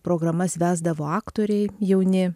programas vesdavo aktoriai jauni